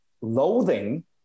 loathing